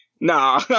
Nah